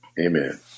amen